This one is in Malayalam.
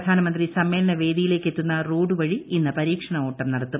പ്രധാനമന്ത്രി സമ്മേളന വേദിയിലേയ്ക്കെത്തുന്ന റോഡു വഴി ഇന്ന് പരീക്ഷണ ഓട്ടം നടത്തും